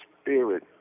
spirit